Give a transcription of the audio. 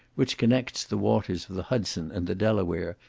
which connects the waters of the hudson and the delaware,